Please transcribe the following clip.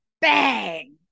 bang